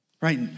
Right